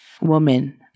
woman